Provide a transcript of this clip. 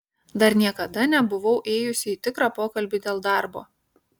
dar niekada nebuvau ėjusi į tikrą pokalbį dėl darbo